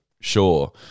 sure